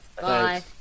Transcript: Bye